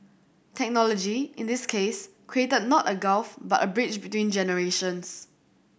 technology in this case created not a gulf but a bridge between generations